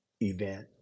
event